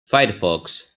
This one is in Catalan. firefox